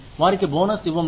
వారికి బోనస్ ఇవ్వండి